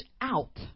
out